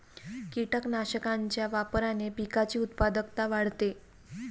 कीटकनाशकांच्या वापराने पिकाची उत्पादकता वाढते